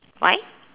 why